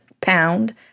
pound